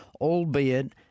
albeit